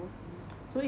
mmhmm